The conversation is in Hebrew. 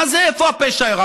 מה זה "איפה הפשע אירע"?